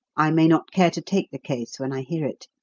i may not care to take the case when i hear it,